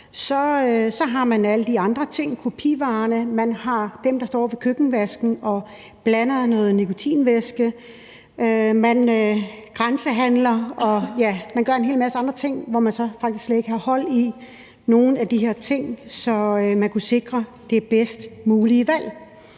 har man alle de andre ting. Man har kopivarerne, man har dem, der står ved køkkenvasken og blander noget nikotinvæske, og man har grænsehandel – ja, folk, der gør en hel masse andre ting, og hvor man så faktisk slet ikke har hold på nogen af de her ting, så man kunne sikre det bedst mulige valg.